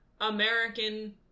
American